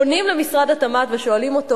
פונים למשרד התמ"ת ושואלים אותו: